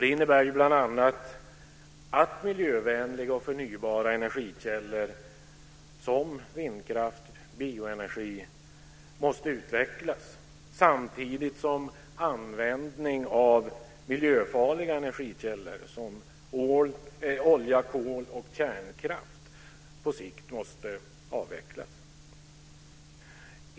Det innebär bl.a. att miljövänliga och förnybara energikällor som vindkraft och bioenergi måste utvecklas, samtidigt som användning av miljöfarliga energikällor som olja, kol och kärnkraft på sikt måste avvecklas.